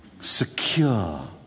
secure